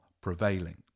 prevailing